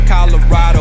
Colorado